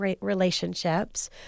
relationships